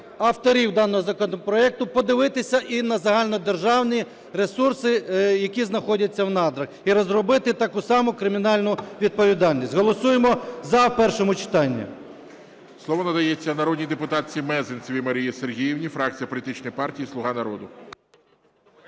авторів даного законопроекту подивитися і на загальнодержавні ресурси, які знаходяться в надрах, і розробити таку саму кримінальну відповідальність. Голосуємо "за" в першому читанні.